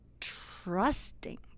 trusting